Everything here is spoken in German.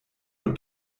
nur